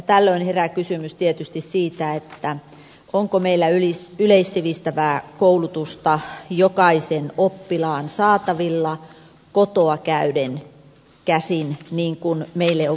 tällöin herää kysymys tietysti siitä onko meillä yleissivistävää koulutusta jokaisen oppilaan saatavilla kotoa käsin käyden niin kuin meille on vakuutettu